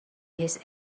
his